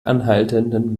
anhaltenden